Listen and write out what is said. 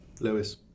Lewis